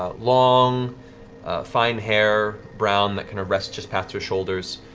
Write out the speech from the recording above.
ah long fine hair, brown, that kind of rests just past her shoulders.